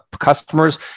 customers